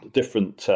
different